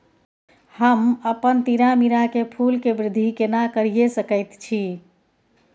हम अपन तीरामीरा के फूल के वृद्धि केना करिये सकेत छी?